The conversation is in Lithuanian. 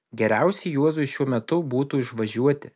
geriausiai juozui šiuo metu būtų išvažiuoti